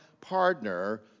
partner